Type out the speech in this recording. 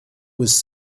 was